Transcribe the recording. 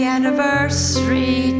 Anniversary